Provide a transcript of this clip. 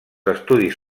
estudis